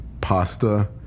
pasta